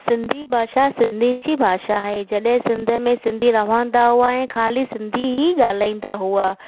सिंधी भाषा सिंधीयुनि जी भाषा आहे जॾहिं सिंध में सिंधी रहंदा हुआ ऐं ख़ाली सिंधी ई ॻाल्हाईंदा हुआ